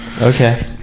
Okay